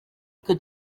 could